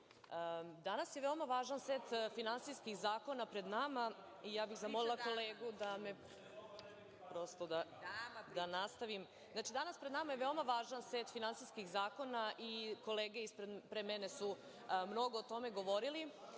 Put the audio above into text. je veoma važan set finansijskih zakona pred nama i zamolila bih kolegu, prosto da nastavim. Danas pred nama je veoma važan set finansijskih zakona i kolege, i pre mene su mnogo o tome govorili,